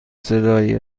صدایی